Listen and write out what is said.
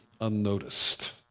unnoticed